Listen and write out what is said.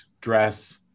dress